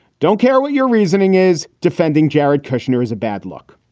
don't care what your reasoning is, defending jared kushner is a bad luck.